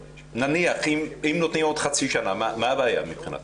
נניח, אם נותנים עוד חצי שנה, מה הבעיה מבחינתך?